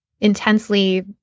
intensely